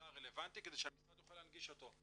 הרלבנטי כדי שהמשרד יוכל להנגיש אותו.